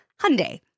Hyundai